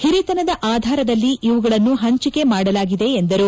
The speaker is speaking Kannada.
ಹಿರಿಯತನದ ಆಧಾರದಲ್ಲಿ ಇವುಗಳನ್ನು ಹಂಚಿಕೆ ಮಾಡಲಾಗಿದೆ ಎಂದರು